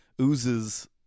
oozes